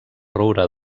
roure